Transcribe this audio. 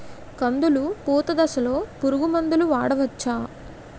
కందులు పూత దశలో పురుగు మందులు వాడవచ్చా?